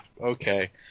okay